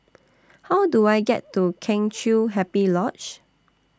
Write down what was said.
How Do I get to Kheng Chiu Happy Lodge